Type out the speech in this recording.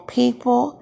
people